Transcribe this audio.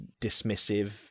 dismissive